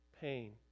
pain